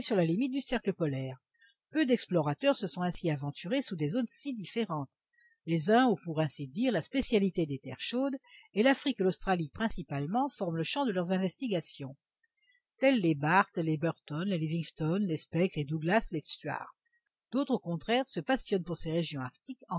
la limite du cercle polaire peu d'explorateurs se sont ainsi aventurés sous des zones si différentes les uns ont pour ainsi dire la spécialité des terres chaudes et l'afrique et l'australie principalement forment le champ de leurs investigations tels les barth les burton les livingstone les speck les douglas les stuart d'autres au contraire se passionnent pour ces régions arctiques